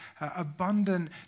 abundant